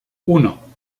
uno